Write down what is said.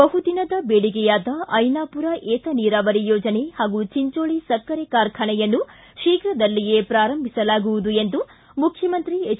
ಬಹುದಿನದ ಬೇಡಿಕೆಯಾದ ಐನಾಪುರ ಏತ ನೀರಾವರಿ ಯೋಜನೆ ಹಾಗೂ ಚಿಂಚೋಳಿ ಸಕ್ಕರೆ ಕಾರ್ಖಾನೆಯನ್ನು ಶೀಘ್ರದಲ್ಲಿಯೇ ಪ್ರಾರಂಭಿಸಲಾಗುವುದು ಎಂದು ಮುಖ್ಯಮಂತ್ರಿ ಎಚ್